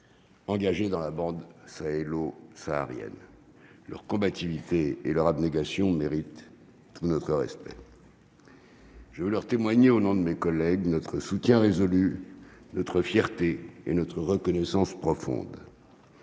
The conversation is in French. Engagé dans la bande sahélo-saharienne leur combativité et leur abnégation mérite notre respect. Je veux leur témoigner au nom de mes collègues notre soutien résolu notre fierté et notre reconnaissance profonde